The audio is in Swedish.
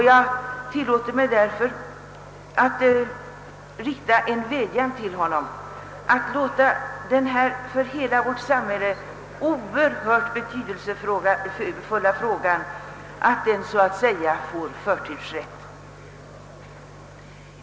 Jag tillåter mig därför att rikta en vädjan till honom att låta denna för hela vårt samhälle oerhört betydelsefulla fråga få förtursrätt.